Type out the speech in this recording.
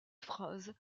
phases